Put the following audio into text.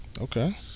okay